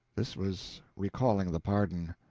this was recalling the pardon.